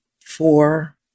four